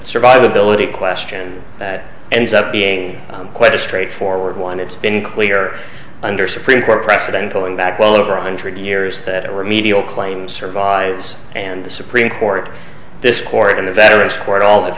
survivability question that ends up being quite a straightforward one it's been clear under supreme court precedent going back well over one hundred years that remedial claim survives and the supreme court this court and the veterans court all have